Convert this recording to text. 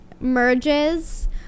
merges